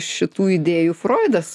šitų idėjų froidas